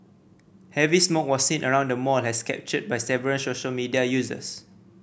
heavy smoke was seen around the mall as captured by several social media users